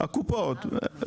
רק הקופות.